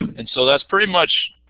and so, that's pretty much